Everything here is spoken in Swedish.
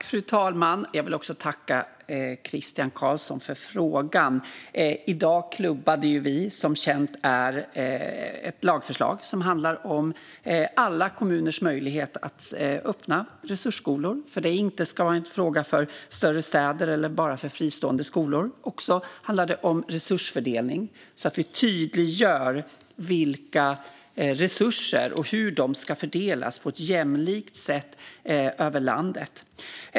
Fru talman! Jag vill tacka Christian Carlsson för frågan. I dag klubbade vi, som bekant, ett lagförslag som handlar om alla kommuners möjlighet att öppna resursskolor, för att det inte ska vara en fråga bara för större städer eller bara för fristående skolor. Det handlar också om resursfördelning. Vi tydliggör vilka resurser det är och hur de ska fördelas på ett jämlikt sätt över landet.